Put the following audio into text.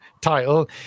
title